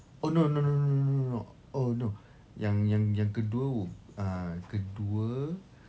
oh no no no no no oh no yang yang yang kedua would uh kedua